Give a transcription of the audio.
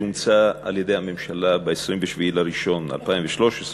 שאומצה על-ידי הממשלה ב-27 בינואר 2013,